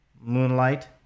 Moonlight